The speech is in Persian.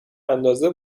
اندازه